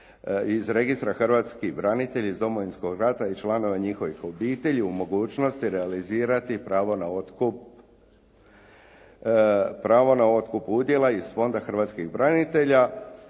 iz registra hrvatski branitelji iz Domovinskog rata i članovi njihovih obitelji u mogućnosti realizirati pravo na otkup udjela iz Fonda hrvatskih branitelja